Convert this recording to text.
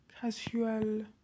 Casual